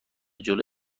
جلو